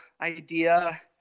idea